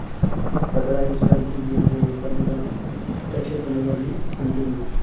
బదలాయించడానికి వీలు లేని పన్నులను ప్రత్యక్ష పన్నులు అని అంటుండ్రు